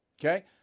Okay